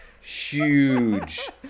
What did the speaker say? Huge